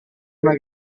una